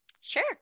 Sure